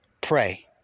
pray